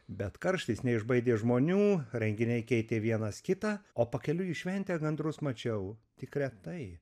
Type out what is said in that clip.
bet karštis neišbaidė žmonių renginiai keitė vienas kitą o pakeliui į šventę gandrus mačiau tik retai